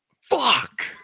Fuck